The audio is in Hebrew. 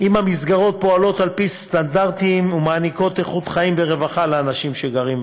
פועלות על פי סטנדרטים ומעניקות איכות חיים ורווחה לאנשים שגרים בהן.